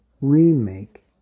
remake